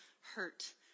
hurt